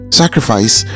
sacrifice